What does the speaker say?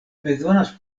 bezonas